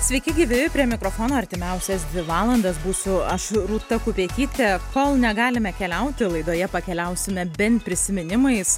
sveiki gyvi prie mikrofono artimiausias dvi valandas būsiu aš rūta kupetytė kol negalime keliauti laidoje pakeliausime bent prisiminimais